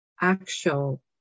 actual